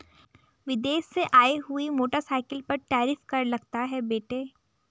विदेश से आई हुई मोटरसाइकिल पर टैरिफ कर लगता है बेटे